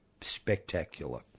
spectacular